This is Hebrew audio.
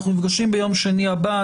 אנחנו נפגשים ביום שני הבא.